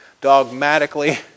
dogmatically